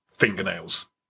fingernails